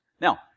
Now